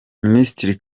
minisitiri